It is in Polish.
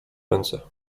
ręce